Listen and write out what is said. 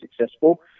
successful